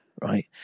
right